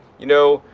you know,